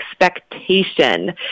expectation